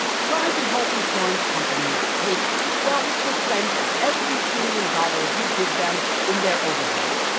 private health insurance companies take twelve percent of every premium dollar you give them in their overhead,